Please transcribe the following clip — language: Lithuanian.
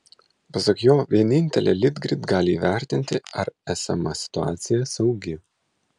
pasak jo vienintelė litgrid gali įvertinti ar esama situacija saugi